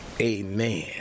Amen